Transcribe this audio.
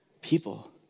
people